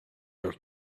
your